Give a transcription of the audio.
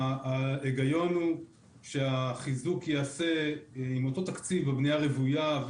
ההיגיון הוא שהחיזוק ייעשה עם אותו תקציב בבנייה רוויה,